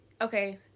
Okay